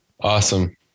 Awesome